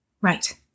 right